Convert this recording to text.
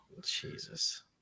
Jesus